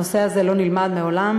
הנושא הזה לא נלמד מעולם.